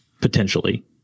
potentially